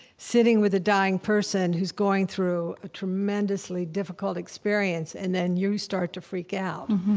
sitting with a dying person who's going through a tremendously difficult experience, and then you start to freak out.